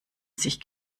sich